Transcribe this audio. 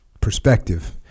perspective